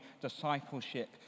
Discipleship